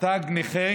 תג נכה